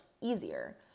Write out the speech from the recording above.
easier